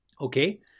Okay